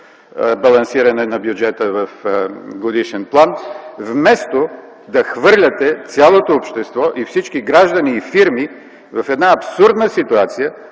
балансиране на бюджета в годишен план, вместо да хвърляте цялото общество и всички граждани и фирми в една абсурдна ситуация